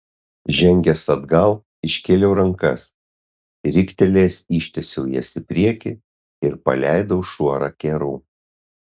žengęs atgal iškėliau rankas riktelėjęs ištiesiau jas į priekį ir paleidau šuorą kerų